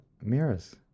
mirrors